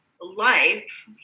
life